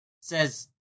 says